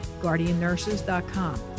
guardiannurses.com